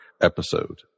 episode